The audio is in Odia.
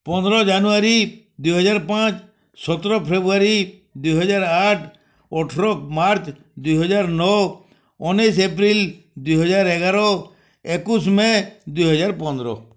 ପନ୍ଦର ଜାନୁଆରୀ ଦୁଇ ହଜାର ପାଞ୍ଚ ସତର ଫେବୃୟାରୀ ଦୁଇ ହଜାର ଆଠ ଅଠର ମାର୍ଚ୍ଚ୍ ଦୁଇ ହଜାର ନଅ ଉଣେଇଶ ଏପ୍ରିଲ୍ ଦୁଇ ହଜାର ଏଗାର ଏକୋଇଶ ମେ' ଦୁଇ ହଜାର ପନ୍ଦର